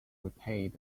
repaid